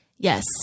Yes